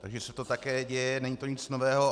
Takže se to také děje, není to nic nového.